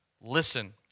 listen